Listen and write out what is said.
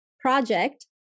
project